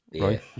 Right